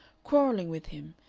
quarrelling with him,